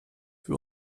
für